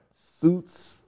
suits